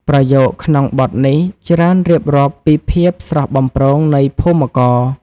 ប្រយោគក្នុងបទនេះច្រើនរៀបរាប់ពីភាពស្រស់បំព្រងនៃភូមិករ។